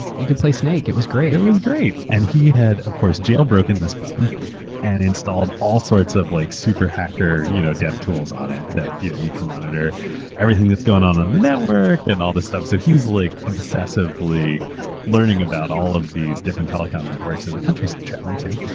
you could play snake. it was great. it was great. great. and he had, of course, jailbroken this phone and installed all sorts of like super hacker you know dev tools on it that you you can monitor everything that's going on on the network and all these stuff. so he's like obsessively learning about all of these different telecom networks in the countries he's travelling to.